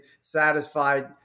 satisfied